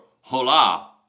hola